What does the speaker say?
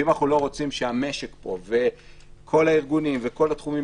אם אנחנו לא רוצים שהמשק פה וכל הארגונים וכל התחומים